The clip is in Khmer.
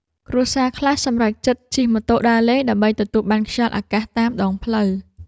គ្រួសារខ្លះសម្រេចចិត្តជិះម៉ូតូដើរលេង ដើម្បីទទួលបានខ្យល់អាកាសតាមដងផ្លូវ។